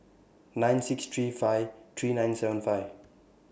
nine six three five three nine seven five